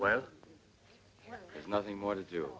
well nothing more to do